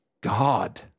God